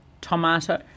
tomato